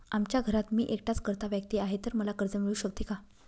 आमच्या घरात मी एकटाच कर्ता व्यक्ती आहे, तर मला कर्ज मिळू शकते का?